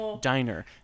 Diner